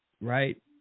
right